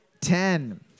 ten